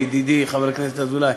ולידידי חבר הכנסת אזולאי,